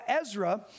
Ezra